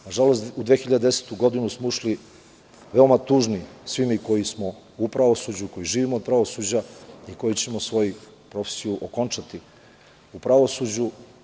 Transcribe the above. Na žalost, u 2010. godinu smo ušli veoma tužni svi mi koji smo u pravosuđu i koji živimo od pravosuđa i koji ćemo svoju profesiju okončati u pravosuđu.